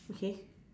okay